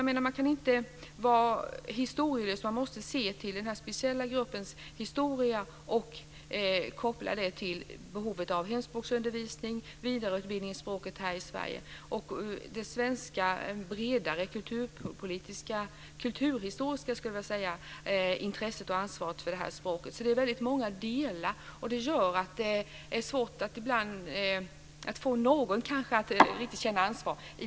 Man kan inte vara historielös, utan man måste se till den här speciella gruppens bakgrund och koppla den till behovet av hemspråksundervisning och vidareutbildning i språket här i Sverige och till det bredare svenska kulturhistoriska intresse som finns för det här språket. Det är väldigt många faktorer, och det gör att det ibland är svårt att få någon att riktigt känna ansvar.